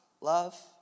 love